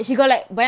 a'ah